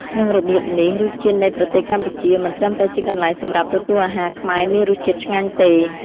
ក្នុងរបៀបនេះ រសជាតិនៃប្រទេសកម្ពុជា មិនត្រឹមតែជាកន្លែងសម្រាប់ទទួលអាហារខ្មែរមានរសជាតិឆ្ងាញ់ទេ